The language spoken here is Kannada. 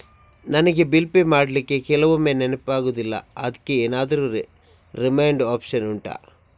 ನನಗೆ ಬಿಲ್ ಪೇ ಮಾಡ್ಲಿಕ್ಕೆ ಕೆಲವೊಮ್ಮೆ ನೆನಪಾಗುದಿಲ್ಲ ಅದ್ಕೆ ಎಂತಾದ್ರೂ ರಿಮೈಂಡ್ ಒಪ್ಶನ್ ಉಂಟಾ